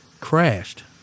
crashed